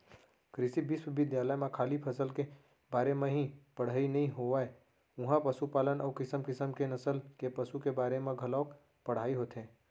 कृषि बिस्वबिद्यालय म खाली फसल के बारे म ही पड़हई नइ होवय उहॉं पसुपालन अउ किसम किसम के नसल के पसु के बारे म घलौ पढ़ाई होथे